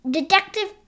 Detective